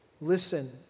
listen